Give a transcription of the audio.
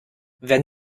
wenn